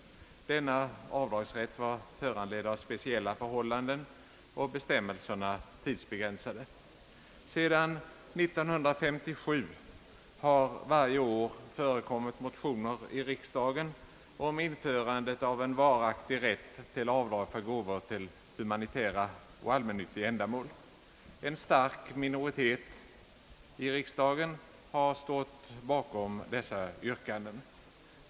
Denna avdragsrätt var föranledd av speciella förhållanden och bestämmelserna tidsbegränsade. Sedan 1957 har det varje år förekommit motioner i riksdagen om införande av en varaktig rätt till avdrag för gåvor till humanitära och allmännyttiga ändamål. En stark minoritet i riksdagen har stått hakom dessa yrkanden.